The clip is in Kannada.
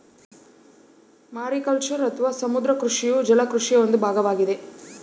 ಮಾರಿಕಲ್ಚರ್ ಅಥವಾ ಸಮುದ್ರ ಕೃಷಿಯು ಜಲ ಕೃಷಿಯ ಒಂದು ಭಾಗವಾಗಿದೆ